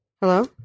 Hello